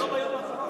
אבל לא ביום האחרון.